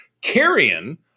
Carrion